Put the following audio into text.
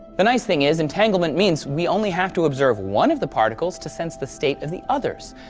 the nice thing is, entanglement means we only have to observe one of the particles to sense the state of the other's,